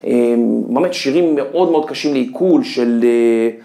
באמת שירים מאוד מאוד קשים לעיכול של..